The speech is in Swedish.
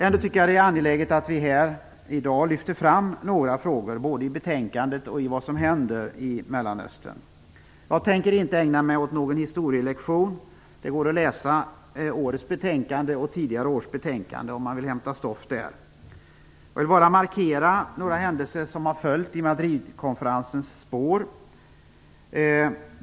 Jag tycker att det är angeläget att vi här i dag lyfter fram några frågor, både från betänkandet och vad som händer i Mellanöstern. Jag tänker inte ägna mig åt någon historielektion. Det går att läsa årets betänkande och tidigare års betänkanden om man vill hämta stoff där. Jag vill bara markera några händelser som har följt i Madridkonferensens spår.